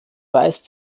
weist